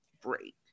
break